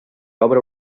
obre